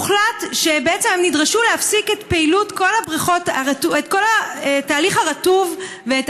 הוחלט שהם בעצם ידרשו להפסיק את פעילות כל התהליך הרטוב ואת